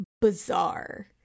bizarre